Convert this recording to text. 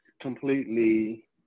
completely